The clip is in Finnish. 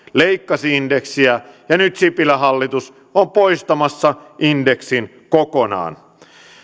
leikkasi indeksiä ja nyt sipilän hallitus on poistamassa indeksin kokonaan